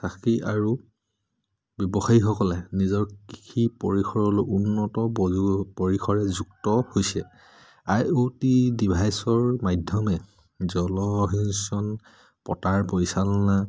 থাকি আৰু ব্যৱসায়ীসকলে নিজৰ কৃষি পৰিসৰলৈ উন্নত পৰিসৰে যুক্ত হৈছে আই অ' টি ডিভাইছৰ মাধ্যমে জলসিঞ্চন পতাৰ পৰিচালনা